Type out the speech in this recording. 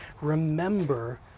Remember